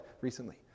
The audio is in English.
recently